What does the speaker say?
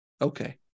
Okay